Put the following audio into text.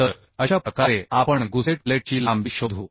तर अशा प्रकारे आपण गुसेट प्लेटची लांबी शोधू